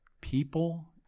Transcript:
people